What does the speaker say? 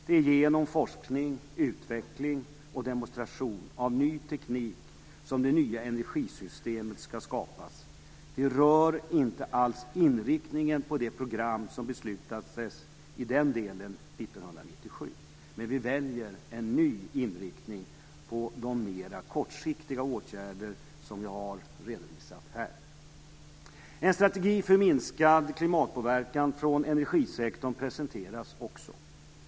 Det är genom forskning, utveckling och demonstration av ny teknik som det nya energisystemet ska skapas. Vi rör inte alls inriktningen på det program som beslutades i den delen 1997, men vi väljer en ny inriktning på de mer kortsiktiga åtgärder som jag har redovisat här. En strategi för minskad klimatpåverkan från energisektorn presenteras också.